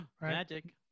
Magic